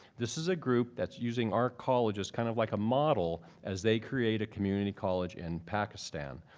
this is a group that's using our college as kind of like a model as they create community college in pakistan.